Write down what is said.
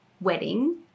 wedding